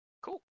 cool